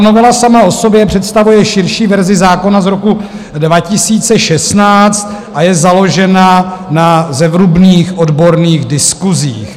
Novela sama o sobě představuje širší verzi zákona z roku 2016 a je založena na zevrubných odborných diskusích.